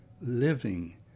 living